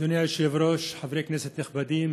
אדוני היושב-ראש, חברי כנסת נכבדים,